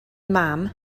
mam